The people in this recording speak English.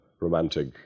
romantic